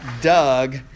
Doug